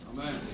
amen